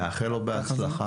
נאחל לו בהצלחה.